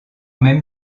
même